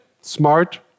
smart